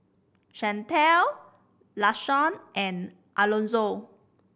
Shantell Lashawn and Alonzo